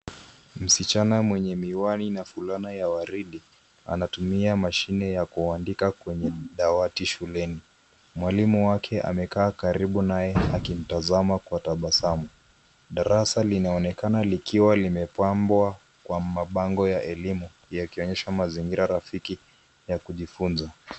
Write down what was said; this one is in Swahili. Msichana mwenye miwani na fulana ya waridi anatumia mashine ya kuandika kwenye dawati shuleni. Mwalimu wake amekaa karibu naye akimtazama kwa tabasamu. Darasa linaonekana likiwa limepambwa kwa mabango ya elimu yakionyesha mazingira rafiki ya kujifunza.